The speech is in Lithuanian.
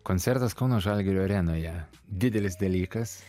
koncertas kauno žalgirio arenoje didelis dalykas